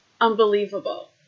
unbelievable